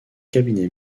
cabinet